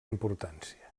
importància